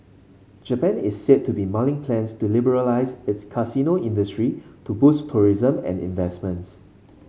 Japan is said to be mulling plans to liberalise its casino industry to boost tourism and investments